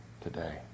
today